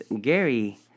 gary